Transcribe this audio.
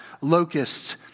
Locusts